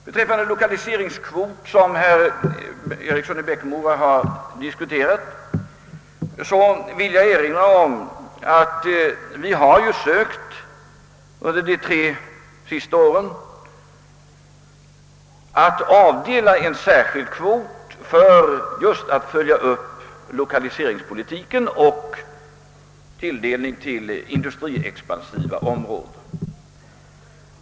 mora tog upp vill jag erinra om att vi för de tre närmaste åren sökt avdela en särskild kvot för att just kunna följa upp lokaliseringspolitiken och ge tilldelning till industriexpansiva områden.